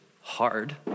hard